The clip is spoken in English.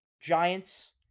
Giants